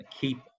keep